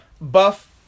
Buff